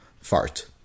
Fart